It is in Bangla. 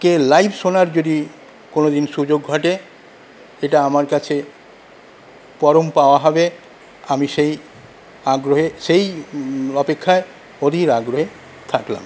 কে লাইভ শোনার যদি কোনোদিন সুযোগ ঘটে এটা আমার কাছে পরম পাওয়া হবে আমি সেই আগ্রহে সেই অপেক্ষায় অধীর আগ্রহে থাকলাম